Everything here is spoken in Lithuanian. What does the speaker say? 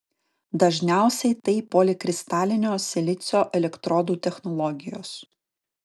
dažniausiai tai polikristalinio silicio elektrodų technologijos